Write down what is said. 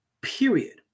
Period